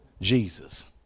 Jesus